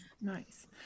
Nice